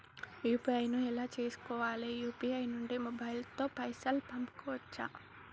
UPI ను ఎలా చేస్కోవాలి యూ.పీ.ఐ నుండి మొబైల్ తో పైసల్ పంపుకోవచ్చా?